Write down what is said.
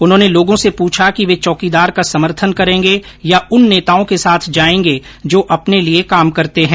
उन्होंने लोगों से पूछा कि वे चौकीदार का समर्थन करेंगे या उन नेताओं के साथ जाएंगे जो अपने लिए काम करते हैं